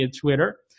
Twitter